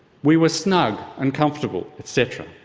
we were snug and comfortable et cetera.